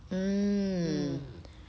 mm